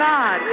God